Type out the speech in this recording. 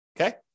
Okay